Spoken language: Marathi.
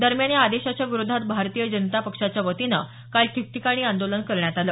दरम्यान या आदेशाच्या विरोधात भारतीय जनता पक्षाच्या वतीनं काल ठिकठिकाणी आंदोलन करण्यात आलं